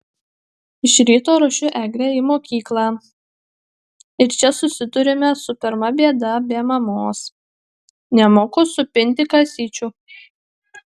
iš ryto ruošiu eglę į mokyklą ir čia susiduriame su pirma bėda be mamos nemoku supinti kasyčių